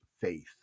faith